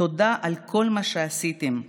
תודה על כל מה שעשיתם בעבורנו,